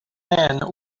man